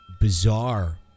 bizarre